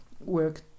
work